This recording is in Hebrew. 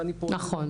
ואני פועל -- נכון,